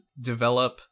develop